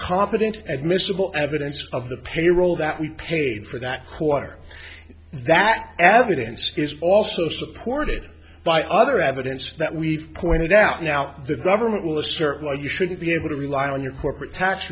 competent admissible evidence of the payroll that we paid for that quarter that evidence is also supported by other evidence that we've coined it out now the government will assert why you should be able to rely on your corporate tax